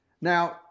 Now